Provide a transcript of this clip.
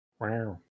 Wow